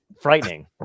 frightening